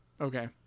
Okay